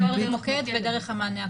אפשר דרך המוקד ודרך המענה הקולי.